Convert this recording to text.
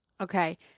Okay